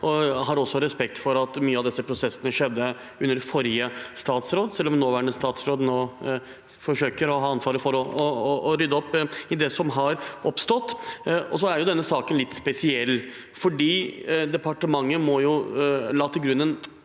Jeg har også respekt for at mye av denne prosessen skjedde under forrige statsråd, selv om nåværende statsråd nå forsøker og har ansvaret for å rydde opp i det som har oppstått. Denne saken er litt spesiell fordi departementet la til grunn en